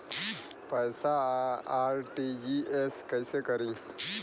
पैसा आर.टी.जी.एस कैसे करी?